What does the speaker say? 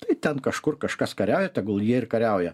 tai ten kažkur kažkas kariauja tegul jie ir kariauja